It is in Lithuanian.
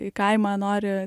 į kaimą nori